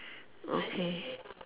okay